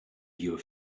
your